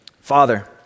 Father